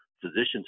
physicians